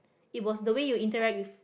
it was the way you interact with